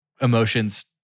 Emotions